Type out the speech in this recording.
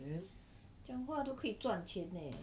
then